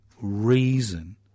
reason